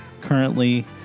currently